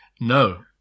No